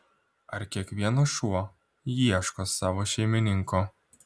ar kiekvienas šuo ieško savo šeimininko